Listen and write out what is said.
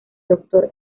doctor